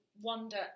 wonder